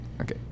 Okay